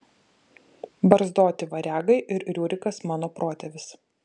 barzdoti variagai ir riurikas mano protėvis